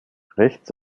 rechts